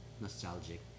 nostalgic